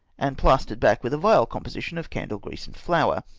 and plastered back with a vile composition of candle-grease and flour,